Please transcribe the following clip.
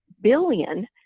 billion